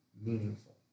meaningful